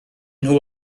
nhw